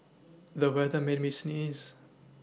the weather made me sneeze